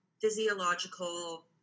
physiological